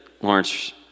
Lawrence